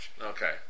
Okay